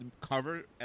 cover